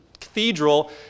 cathedral